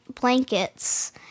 blankets